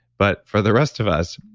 but for the rest of us,